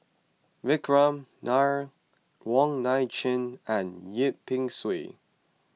Vikram Nair Wong Nai Chin and Yip Pin Xiu